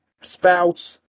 spouse